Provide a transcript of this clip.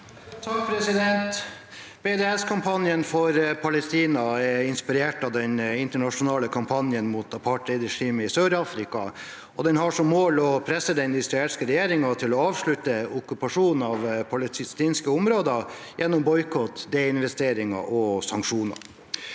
(R) «BDS-kampanjen, in- spirert av den internasjonale kampanjen mot apartheidregimet i Sør-Afrika, har som mål å presse den isra elske regjeringen til å avslutte okkupasjonen av palestinske områder gjennom boikott, desinvesteringer og sanksjoner.